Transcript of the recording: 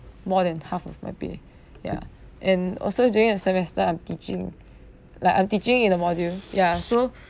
more than half of my pay ya and also during a semester I'm teaching like I'm teaching in a module ya so